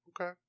Okay